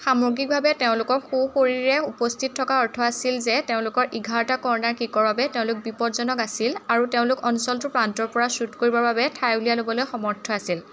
সামগ্ৰিকভাৱে তেওঁলোকক সুশৰীৰে উপস্থিত থকাৰ অৰ্থ আছিল যে তেওঁলোকৰ এঘাৰটা কৰ্ণাৰ কিকৰ বাবে তেওঁলোক বিপদজনক আছিল আৰু তেওঁলোক অঞ্চলটোৰ প্ৰান্তৰপৰা শ্বুট কৰিবৰ বাবে ঠাই উলিয়াই ল'বলৈ সমৰ্থ আছিল